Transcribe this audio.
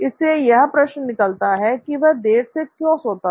इससे यह प्रश्न निकलता है कि वह देर से क्यों सोता था